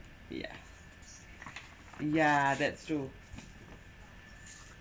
yeah yeah that's true